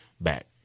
back